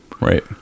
right